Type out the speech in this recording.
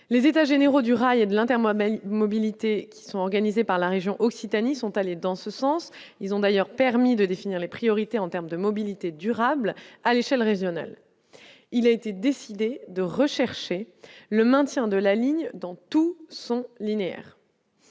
Les états généraux du rail et de l'Inter Mohamed mobilité qui sont organisées par la région Occitanie sont allés dans ce sens, ils ont d'ailleurs permis de définir les priorités en terme de mobilité durable à l'échelle régionale, il a été décidé de rechercher le maintien de la ligne dans tout son linéaire,